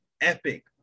epic